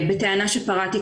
למפות אותן ולתת להן פתרונות.